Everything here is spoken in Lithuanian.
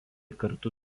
kartu